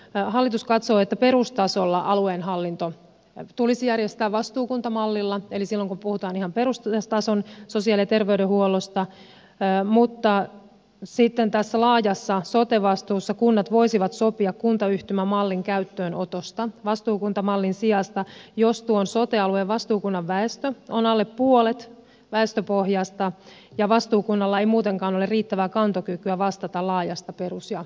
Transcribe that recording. hallitus katsoo että perustasolla alueen hallinto tulisi järjestää vastuukuntamallilla silloin kun puhutaan ihan perustason sosiaali ja terveydenhuollosta mutta sitten tässä laajassa sote vastuussa kunnat voisivat sopia kuntayhtymämallin käyttöönotosta vastuukuntamallin sijasta jos tuon sote alueen vastuukunnan väestö on alle puolet väestöpohjasta ja vastuukunnalla ei muutenkaan ole riittävää kantokykyä vastata laajasta perus ja erityistasosta